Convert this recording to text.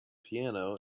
piano